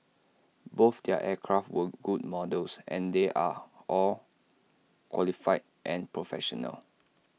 both their aircraft were good models and they're all qualified and professional